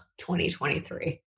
2023